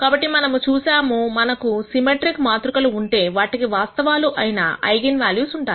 కాబట్టి మనము చూసాము మనకు సిమెట్రిక్ మాతృక లు ఉంటే వాటికి వాస్తవాలు అయిన ఐగన్ వాల్యూస్ ఉంటాయి